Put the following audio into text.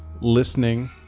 listening